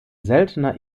seltener